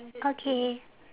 okay